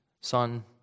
son